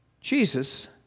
Jesus